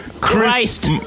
Christ